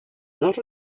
not